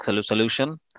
solution